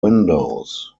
windows